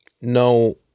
No